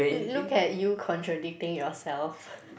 l~ look at you contradicting yourself